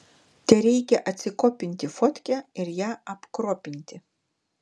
tereikia atsikopinti fotkę ir ją apkropinti